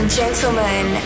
gentlemen